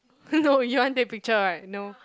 no you want take picture right no